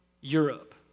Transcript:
Europe